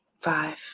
Five